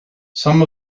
some